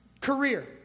Career